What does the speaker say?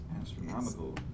Astronomical